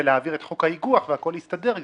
להעביר את חוק האיגו"ח והכל יסתדר גם,